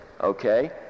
Okay